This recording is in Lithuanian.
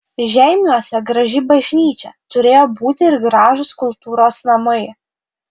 žeimiuose graži bažnyčia turėjo būti ir gražūs kultūros namai